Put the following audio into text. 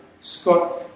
Scott